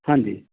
ਹਾਂਜੀ